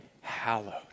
hallowed